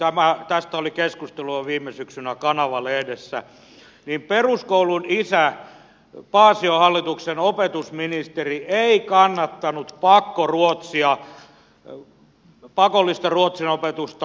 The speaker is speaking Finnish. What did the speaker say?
oittinen tästä oli keskustelua viime syksynä kanava lehdessä peruskoulun isä paasion hallituksen opetusministeri ei kannattanut pakkoruotsia pakollista ruotsin opetusta peruskouluun